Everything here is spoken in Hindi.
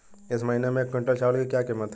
इस महीने एक क्विंटल चावल की क्या कीमत है?